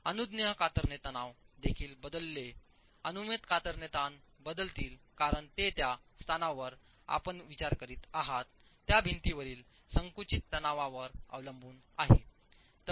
अनुज्ञेय कातरणे तणाव देखील बदलेल अनुमत कातरणे ताण बदलतील कारण ते ज्या स्थानावर आपण विचार करीत आहात त्या भिंतीवरील संकुचित तणावावर अवलंबून आहे